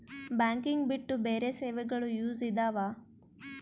Banking ಬಿಟ್ಟು ಬೇರೆ ಸೇವೆಗಳು ಯೂಸ್ ಇದಾವ?